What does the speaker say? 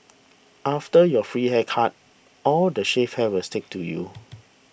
after your free haircut all the shaved hair will stick to you